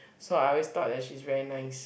so I always thought that she's very nice